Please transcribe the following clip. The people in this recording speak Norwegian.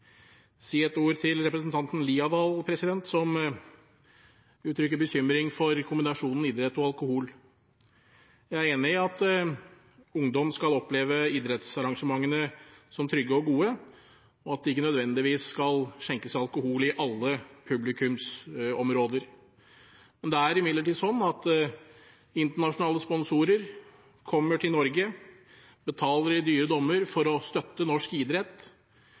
si noen ord til representanten Haukeland Liadal, som uttrykte bekymring for kombinasjonen idrett og alkohol. Jeg er enig i at ungdom skal oppleve idrettsarrangementene som trygge og gode, og at det ikke nødvendigvis skal skjenkes alkohol i alle publikumsområder. Men det er imidlertid sånn at internasjonale sponsorer kommer til Norge, betaler i dyre dommer for å støtte norsk idrett,